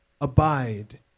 abide